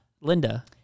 Linda